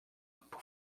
por